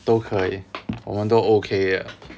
都可以我们都 okay